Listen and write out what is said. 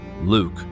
Luke